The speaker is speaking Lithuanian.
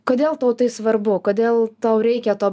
kodėl tau tai svarbu kodėl tau reikia to